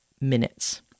minutes